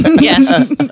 yes